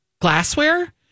glassware